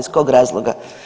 Iz kog razloga?